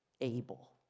able